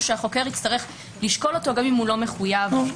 שהחוקר יצטרך לשקול אותו גם אם הוא לא מחויב בו.